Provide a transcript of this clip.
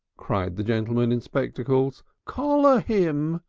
cried the gentleman in spectacles. collar him!